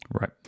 Right